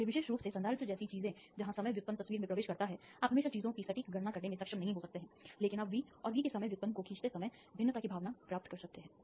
इसलिए विशेष रूप से संधारित्र जैसी चीजें जहां समय व्युत्पन्न तस्वीर में प्रवेश करता है आप हमेशा चीजों की सटीक गणना करने में सक्षम नहीं हो सकते हैं लेकिन आप V और V के समय व्युत्पन्न को खींचते समय भिन्नता की भावना प्राप्त कर सकते हैं